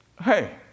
Hey